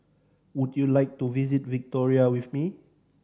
would you like to visit Victoria with me